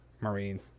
Marine